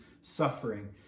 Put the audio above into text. suffering